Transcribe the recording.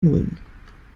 nullen